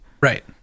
Right